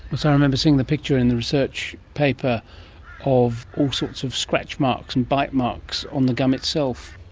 so remember seeing the pictures in the research paper of all sorts of scratch marks and bite marks on the gum itself.